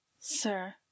Sir